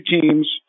teams